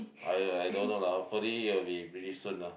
I I don't know lah hopefully it will be really soon lah